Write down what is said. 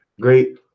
great